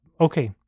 Okay